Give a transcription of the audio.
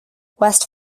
west